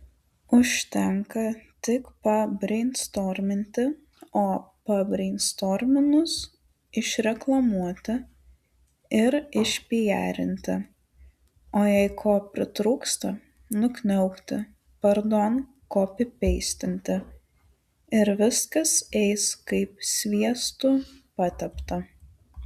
užtenka tik pabreinstorminti o pabreinstorminus išreklamuoti ir išpijarinti o jei ko pritrūksta nukniaukti pardon kopipeistinti ir viskas eis kaip sviestu patepta